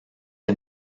est